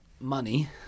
money